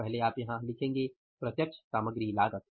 तो पहले आप यहाँ लिखेंगे प्रत्यक्ष सामग्री लागत